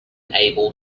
able